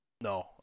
No